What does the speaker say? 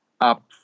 up